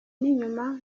n’inyuma